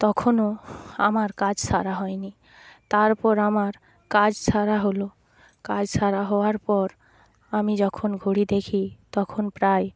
তখনও আমার কাজ সারা হয়নি তারপর আমার কাজ সারা হলো কাজ সারা হওয়ার পর আমি যখন ঘড়ি দেখি তখন প্রায়